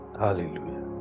Hallelujah